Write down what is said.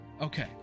Okay